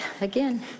again